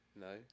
No